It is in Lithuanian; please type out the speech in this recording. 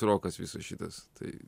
rokas visas šitas tai